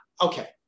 Okay